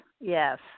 yes